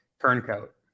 Turncoat